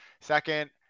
second